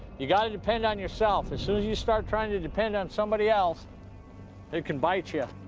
you got to depend on yourself. as soon as you start trying to depend on somebody else, it can bite you. you.